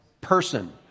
person